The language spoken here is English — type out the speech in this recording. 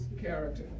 character